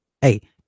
Hey